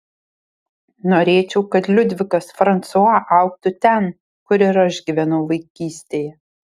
norėčiau kad liudvikas fransua augtų ten kur ir aš gyvenau vaikystėje